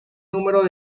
número